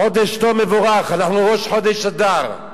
חודש טוב ומבורך, אנחנו בראש חודש אדר,